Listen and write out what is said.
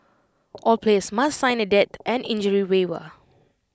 all players must sign A death and injury waiver